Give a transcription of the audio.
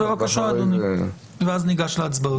בבקשה, אדוני, ואז ניגש להצבעות.